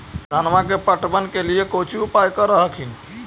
धनमा के पटबन के लिये कौची उपाय कर हखिन?